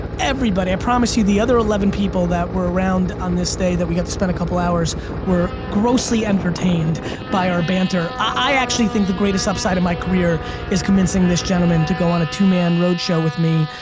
everybody i promise you the other eleven people that were around on this day that we got to spend a couple hours were grossly entertained by our banter. i actually think the greatest upside of my career is convincing this gentleman to go on a two-man road show with me,